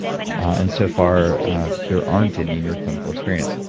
and so far there aren't any in your clinical experience.